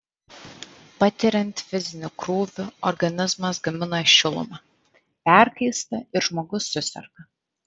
patiriant fizinį krūvį organizmas gamina šilumą perkaista ir žmogus suserga